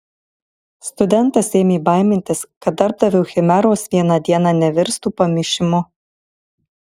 studentas ėmė baimintis kad darbdavio chimeros vieną dieną nevirstų pamišimu